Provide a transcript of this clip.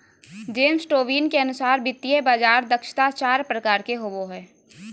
James Tobin के अनुसार वित्तीय बाजार दक्षता चार प्रकार के होवो हय